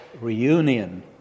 reunion